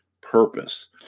purpose